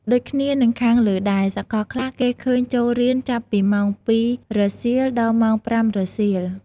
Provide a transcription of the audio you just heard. ដូចគ្នានិងខាងលើដែរ សកលខ្លះ គេឃើញចូលរៀនចាប់ពីម៉ោង ២ៈ០០ រសៀល ដល់ម៉ោង ៥ៈ០០ រសៀល ។